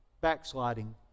backsliding